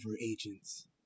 agents